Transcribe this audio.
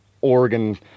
Oregon